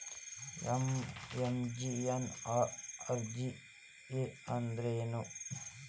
MGNREGA ಅಂದ್ರೆ ಏನು?